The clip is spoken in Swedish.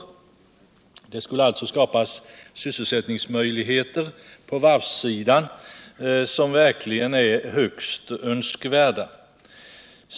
Detta skulle alltså skapa sysselsättningsmöjligheter på varvsområdet som verkligen är högst önskvärda.